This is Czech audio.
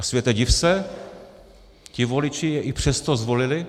A světe div se, ti voliči je i přesto zvolili.